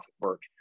work